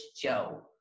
Joe